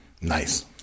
Nice